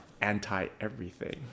anti-everything